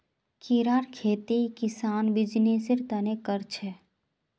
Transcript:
कीड़ार खेती किसान बीजनिस्सेर तने कर छे